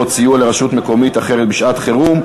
(סיוע לרשות מקומית אחרת בשעת-חירום),